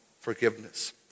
forgiveness